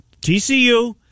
TCU